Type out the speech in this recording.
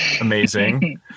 Amazing